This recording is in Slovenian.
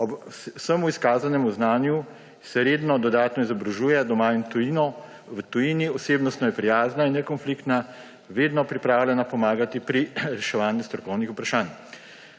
Ob vsemu izkazanemu znanju se redno dodatno izobražuje doma in v tujini, osebnostno je prijazna in nekonfliktna, vedno pripravljena pomagati pri reševanju strokovnih vprašanj.